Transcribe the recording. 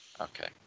Okay